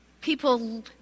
People